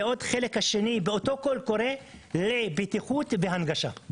ועוד חלק באותו קול קורא לבטיחות והנגשה.